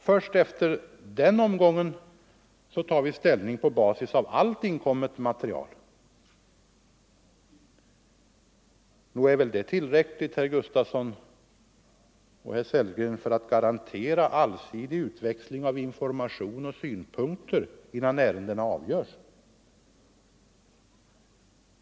Först efter den omgången tar vi ställning på basis av allt inkommet material. Nog är väl detta tillräckligt, herr Gustavsson och herr Sellgren, för att garantera allsidig utväxling av information och synpunkter innan ärendena avgörs.